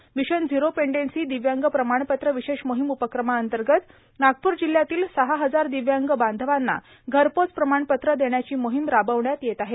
mission zero pendency दिव्यांग प्रमाणपत्र विशेष मोहीम उपक्रमाअंतर्गत नागप्र जिल्ह्यातील सहा हजार दिव्यांग बांधवांना घरपोच प्रमाणपत्र देण्याची मोहीम राबविण्यात येत आहे